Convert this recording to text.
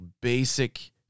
basic